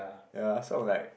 ya so I'm like